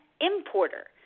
importer